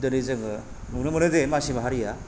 दिनै जोङो नुनो मोनो जे मानसि माहारिया